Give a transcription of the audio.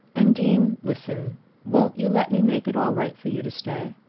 undine, listen won't you let me make it all right for you to stay?